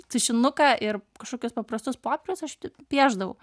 tušinuką ir kažkokius paprastus popierius aš t piešdavau